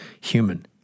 human